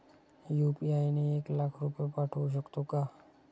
UPI ने एक लाख रुपये पाठवू शकतो का?